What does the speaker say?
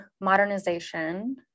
modernization